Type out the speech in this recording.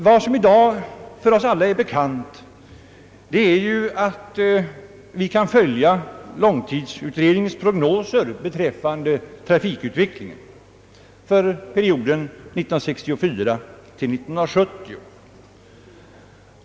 Vad som i dag för oss alla är bekant är ju att vi kan följa långtidsutredningens prognoser beträffande trafikutvecklingen för perioden 1964—1970.